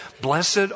blessed